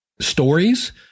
stories